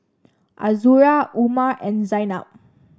Azura Umar and Zaynab